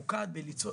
שמי שנקבע לו כבר,